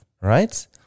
Right